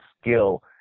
skill